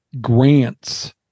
grants